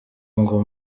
ngo